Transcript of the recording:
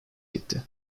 gitti